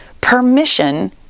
permission